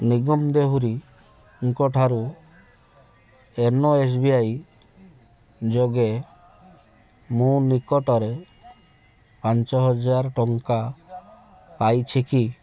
ନିଗମ ଦେହୁରୀଙ୍କଠାରୁ YONO S B I ଯୋଗେ ମୁଁ ନିକଟରେ ପାଞ୍ଚ ହଜାର ଟଙ୍କା ପାଇଛି କି